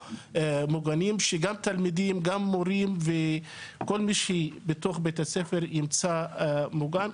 שגם התלמידים וגם המורים וכל מי שיימצא בשטח בית הספר יהיה מוגן.